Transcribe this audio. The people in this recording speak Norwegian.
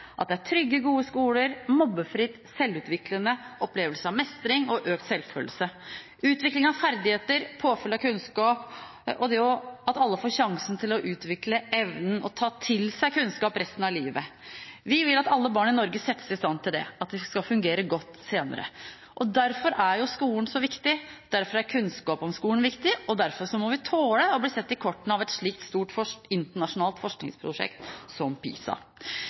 trygge, gode skoler, mobbefrie, selvutviklende, med opplevelse av mestring og økt selvfølelse, utvikling av ferdigheter, påfyll av kunnskap – at alle får sjansen til å utvikle evnen til å ta til seg kunnskap resten av livet. Vi vil at alle barn i Norge settes i stand til det, slik at de skal fungere godt senere. Derfor er skolen så viktig, derfor er kunnskap om skolen viktig, og derfor må vi tåle å bli sett i kortene av et stort internasjonalt forskningsprosjekt som PISA.